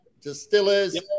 distillers